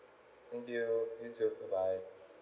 thank you you too bye bye